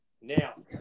Now